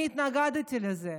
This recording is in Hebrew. אני התנגדתי לזה.